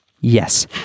Yes